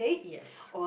yes